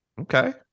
Okay